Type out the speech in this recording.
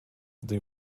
they